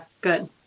Good